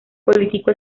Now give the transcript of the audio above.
político